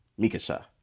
Mikasa